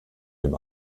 dem